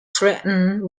threatened